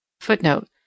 Footnote